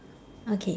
okay